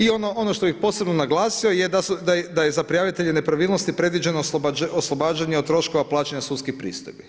I ono što bih posebno naglasio da je za prijavitelje nepravilnosti predloženo oslobađanje od troškova plaćanja sudskim pristojbi.